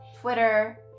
Twitter